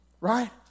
Right